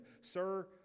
Sir